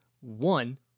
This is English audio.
One